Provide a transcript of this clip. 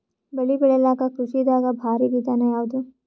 ಬೆಳೆ ಬೆಳಿಲಾಕ ಕೃಷಿ ದಾಗ ಭಾರಿ ವಿಧಾನ ಯಾವುದು?